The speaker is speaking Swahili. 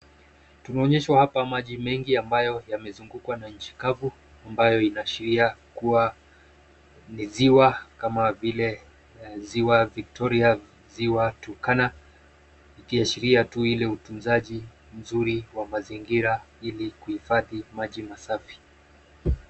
Tunaonyeshwa hapa maji mengi ambayo yamezungukwa na nchi kavu ambayo inaashiria kuwa ni ziwa kama vile ziwa Victoria, ziwa Turkana ikiashiria tu ile utunzaji mzuri wa mazingira ili kuhifadhi maji masafi.